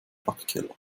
werkkeller